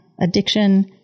addiction